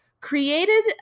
created